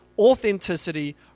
authenticity